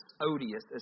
odious